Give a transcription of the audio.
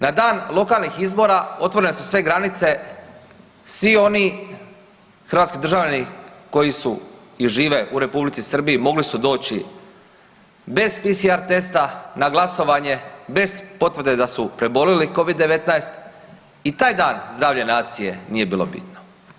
Na dan lokalnih izbora otvorene su sve granice, svi oni hrvatski državljani koji su i žive u Republici Srbiji mogli su doći bez PCR testa na glasovanje, bez potvrde da su prebolili covid-19 i taj dan zdravlje nacije nije bilo bitno.